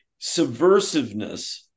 subversiveness